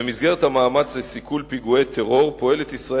במסגרת המאמץ לסיכול פיגועי טרור פועלת ישראל